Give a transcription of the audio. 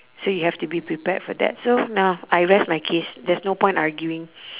so you have to be prepared for that so now I rest my case there's no point arguing